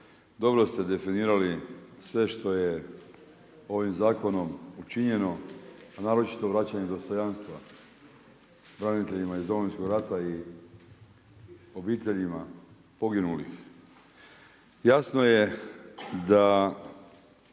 dobro ste definirali sve što je ovim zakonom učinjeno, a naročito vraćanje dostojanstva braniteljima iz Domovinskog rata i obiteljima poginulih. Jasno je da